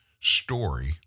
story